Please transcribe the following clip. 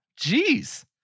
Jeez